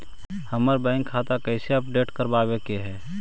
हमर बैंक खाता कैसे अपडेट करबाबे के है?